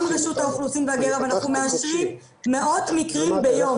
רשות האוכלוסין וההגירה ואנחנו מאשרים מאות מקרים ביום.